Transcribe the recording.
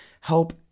help